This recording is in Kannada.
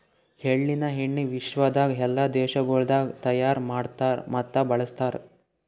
ಎಳ್ಳಿನ ಎಣ್ಣಿ ವಿಶ್ವದಾಗ್ ಎಲ್ಲಾ ದೇಶಗೊಳ್ದಾಗ್ ತೈಯಾರ್ ಮಾಡ್ತಾರ್ ಮತ್ತ ಬಳ್ಸತಾರ್